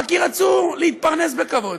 אם רק ירצו להתפרנס בכבוד.